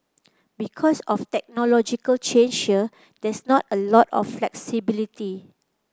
because of technological change here there's not a lot of flexibility